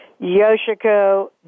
Yoshiko